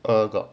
err got